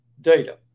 data